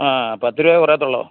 ആ പത്ത് രൂപയെ കുറയുകയുള്ളുവോ